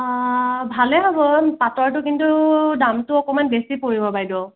ভালেই হ'ব পাটৰটোত কিন্তু দামটো অকণমান বেছি পৰিব বাইদেউ